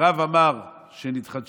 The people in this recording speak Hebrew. רב אמר שנתחדשו,